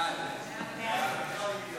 ההצעה להעביר את הצעת חוק המרכז לגביית